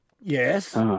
Yes